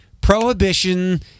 prohibition